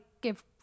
give